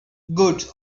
goats